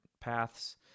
paths